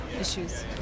issues